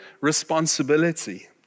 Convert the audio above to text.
responsibility